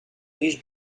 riche